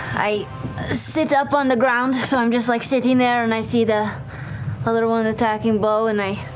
i sit up on the ground so i'm just like sitting there and i see the other one attacking beau and i